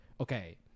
okay